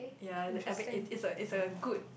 ya the I mean it's it's a it's a good